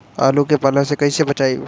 आलु के पाला से कईसे बचाईब?